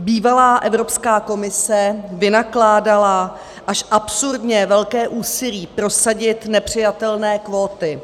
Bývalá Evropská komise vynakládala až absurdně velké úsilí prosadit nepřijatelné kvóty.